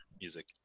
music